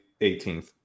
18th